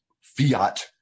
fiat